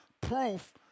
proof